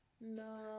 No